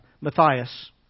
Matthias